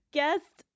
guest